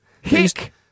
Hick